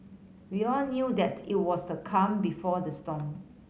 we all knew that it was the calm before the storm